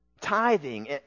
Tithing